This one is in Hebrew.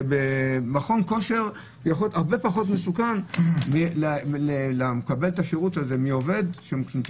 במכון כושר יכול להיות הרבה פחות מסוכן למקבל השירות מעובד שנמצא